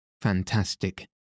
fantastic